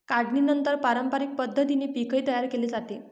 काढणीनंतर पारंपरिक पद्धतीने पीकही तयार केले जाते